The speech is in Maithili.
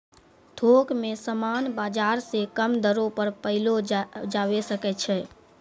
थोक मे समान बाजार से कम दरो पर पयलो जावै सकै छै